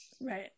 Right